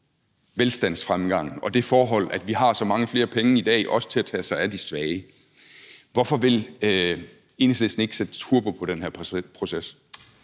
velstandsfremgangen, og det forhold, at vi har mange flere penge i dag til også at tage os af de svage. Hvorfor vil Enhedslisten ikke sætte turbo på den her proces?